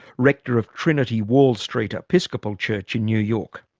rector of trinity wall street episcopal church in new york.